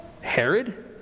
Herod